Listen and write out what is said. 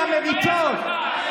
אם אתם צבועים ושותקים על המריצות,